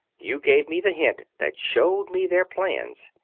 you gave me the hint that showed me their plans.